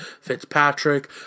Fitzpatrick